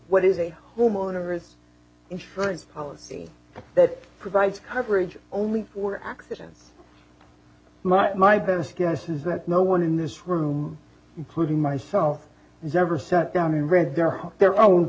what is a homeowner's insurance policy that provides coverage only for accident my best guess is that no one in this room including myself never sat down and read their home their own